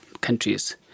countries